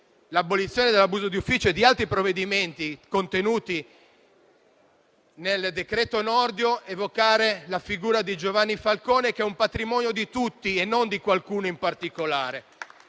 l'abolizione dell'abuso di ufficio e altri provvedimenti contenuti nel decreto Nordio, evocare la figura di Giovanni Falcone, che è un patrimonio di tutti e non di qualcuno in particolare.